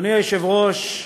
אדוני היושב-ראש,